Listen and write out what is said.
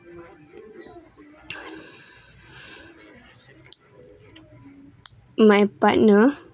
my partner